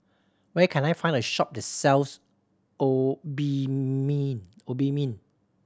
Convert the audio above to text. where can I find a shop that sells Obimin Obimin